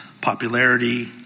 Popularity